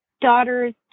daughters